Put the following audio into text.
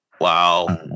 Wow